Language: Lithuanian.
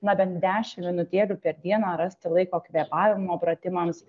na bent dešimt minutėlių per dieną rasti laiko kvėpavimo pratimams